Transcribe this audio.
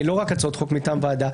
ולא רק על הצעות חוק מטעם הוועדה.